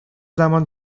زمان